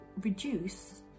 reduce